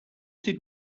did